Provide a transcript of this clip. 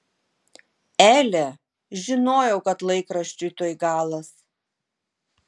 ele žinojau kad laikraščiui tuoj galas